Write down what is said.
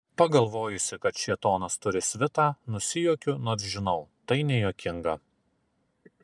pagalvojusi kad šėtonas turi svitą nusijuokiu nors žinau tai nejuokinga